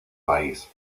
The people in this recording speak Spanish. país